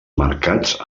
mercats